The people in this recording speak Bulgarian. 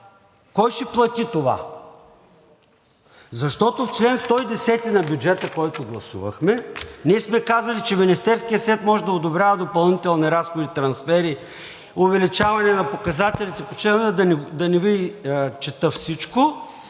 Кой ще плати това? Защото в чл. 110 на бюджета, който гласувахме, ние сме казали, че „Министерският съвет може да одобрява допълнителни разходи, трансфери, увеличаване на показателите – да не Ви чета всичко